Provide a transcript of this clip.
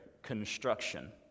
construction